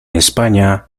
españa